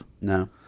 No